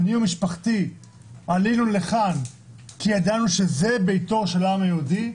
אני ומשפחתי עלינו לכאן כי ידענו שזה ביתו של העם היהודי,